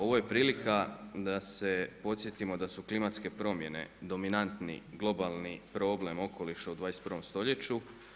Ovo je prilika da se podsjetimo da su klimatske promjene dominantni globalni problem okoliša u 21. stoljeću.